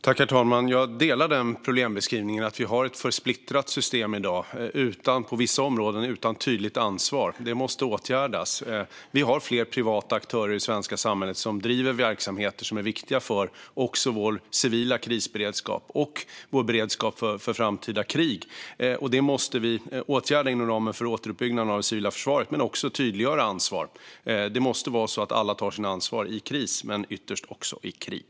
Herr talman! Jag instämmer i den problembeskrivningen. Vi har ett alltför splittrat system i dag, på vissa områden utan tydligt ansvar. Det måste åtgärdas. Vi har fler privata aktörer i det svenska samhället som driver verksamheter som är viktiga för vår civila krisberedskap och vår beredskap för framtida krig. Detta måste vi åtgärda inom ramen för återuppbyggnaden av det civila försvaret. Vi måste också tydliggöra ansvaret. Det måste vara så att alla tar sitt ansvar i kris och ytterst också i krig.